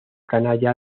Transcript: canalla